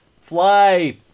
fly